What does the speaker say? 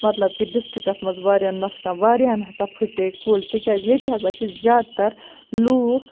مطلب کہِ ڈِسٹرکَس منٛز واریاہ نۄقصان واریاہَن ہسا پھٕٹے کُلۍ تِکیازِ ییٚتہِ ہسا چھِ زیادٕ تَر لُکھ